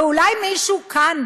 ואולי מישהו כאן,